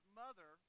mother